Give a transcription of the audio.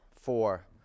four